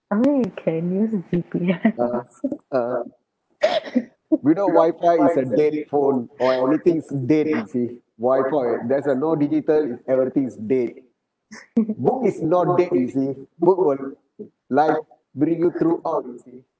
I mean you can use G_P_S uh uh without wifi it's a dead phone or everything is dead you see there's uh no digital everything is dead book is not dead you see book will like bring you throughout you see